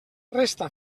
resta